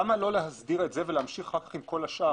למה לא להסדיר את זה ולהמשיך אחר כך עם כל השאר?